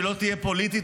שלא תהיה פוליטית,